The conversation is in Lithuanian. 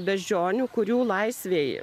beždžionių kurių laisvėj